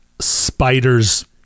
spiders